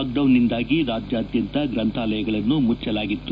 ಲಾಕ್ಡೌನ್ನಿಂದಾಗಿ ರಾಜ್ಯಾದ್ಯಂತ ಗ್ರಂಥಾಲಯಗಳನ್ನು ಮುಚ್ಚಲಾಗಿತ್ತು